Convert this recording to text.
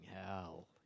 hell